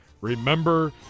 remember